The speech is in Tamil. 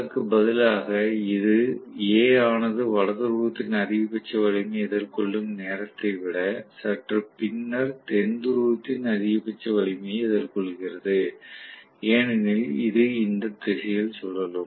அதற்கு பதிலாக இது A ஆனது வட துருவத்தின் அதிகபட்ச வலிமையை எதிர்கொள்ளும் நேரத்தை விட சற்று பின்னர் தென் துருவத்தின் அதிகபட்ச வலிமையை எதிர்கொள்கிறது ஏனெனில் இது இந்த திசையில் சுழலும்